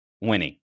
winning